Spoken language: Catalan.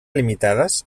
limitades